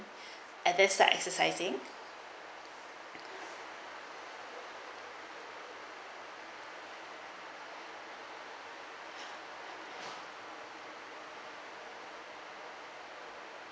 and that's why exercising